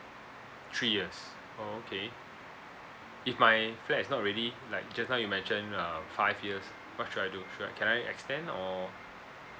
three years oh okay if my flat is not ready like just now you mention uh five years what should I do sh~ can I extend or